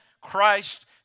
Christ